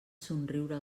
somriure